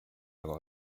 avoir